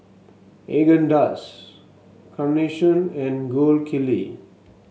Haagen Dazs Carnation and Gold Kili